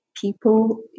people